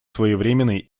своевременной